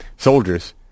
Soldiers